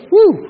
Woo